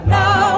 now